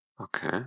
Okay